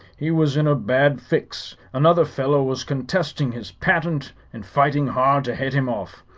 he was in a bad fix. another fellow was contesting his patent and fighting hard to head him off.